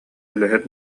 үлэһит